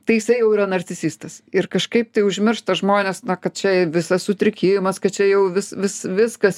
tai jisai jau yra nacisistas ir kažkaip tai užmiršta žmones na kad čia visas sutrikimas kad čia jau vis vis viskas